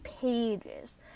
Pages